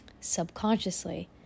subconsciously